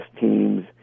teams